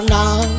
now